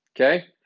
okay